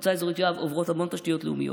במועצה אזורית יואב עוברות המון תשתיות לאומיות,